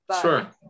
Sure